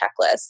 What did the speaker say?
checklist